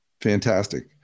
Fantastic